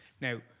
now